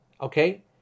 Okay